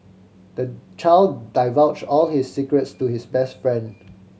the child divulged all his secrets to his best friend